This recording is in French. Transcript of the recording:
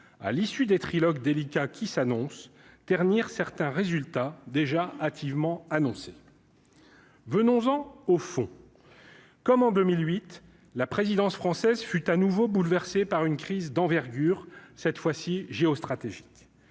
à l'issue des Trilok délicat qui s'annonce ternir certains résultats déjà hâtivement annoncé venons-en au fond, comme en 2008, la présidence française fut à nouveau bouleversé par une crise d'envergure, cette fois-ci géostratégiques